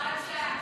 בהוראת שעה.